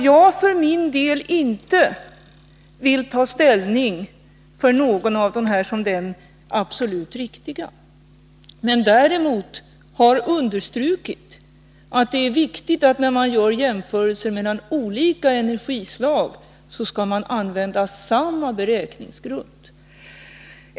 Jag för min del vill inte ta ställning och säga vilken av dem som är den absolut riktiga. Däremot har jag understrukit att det är viktigt att man när man gör jämförelser mellan olika energislag använder samma beräkningsgrund.